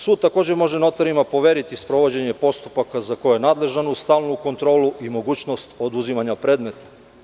Sud takođe može notarima poveriti sprovođenje postupaka za koje je nadležan uz stalnu kontrolu i mogućnost oduzimanja predmeta.